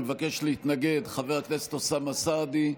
מבקש להתנגד חבר הכנסת אוסאמה סעדי,